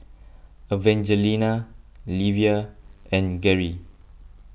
Evangelina Livia and Gerri